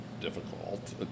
difficult